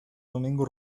domingo